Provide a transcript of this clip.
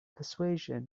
persuasion